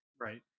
right